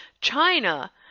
China